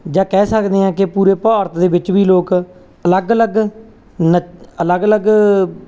ਜਾਂ ਕਹਿ ਸਕਦੇ ਹਾਂ ਕਿ ਪੂਰੇ ਭਾਰਤ ਦੇ ਵਿੱਚ ਵੀ ਲੋਕ ਅਲੱਗ ਅਲੱਗ ਨੱ ਅਲੱਗ ਅਲੱਗ